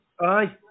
Aye